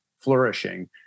flourishing